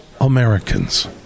Americans